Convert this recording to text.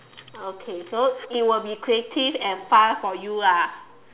okay so it will be creative and fun for you lah